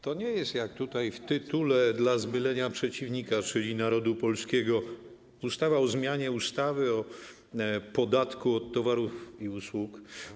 To nie jest jak tutaj w tytule dla zmylenia przeciwnika, czyli narodu polskiego, ustawa o zmianie ustawy o podatku od towarów i usług.